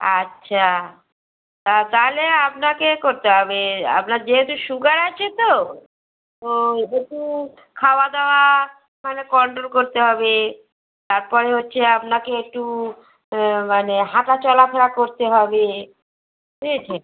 আচ্ছা তা তাহলে আপনাকে করতে হবে আপনার যেহেতু সুগার আছে তো ও একটু খাওয়া দাওয়া মানে কন্ট্রোল করতে হবে তারপরে হচ্ছে আপনাকে একটু মানে হাতা চলাফেরা করতে হবে ঠিক আছে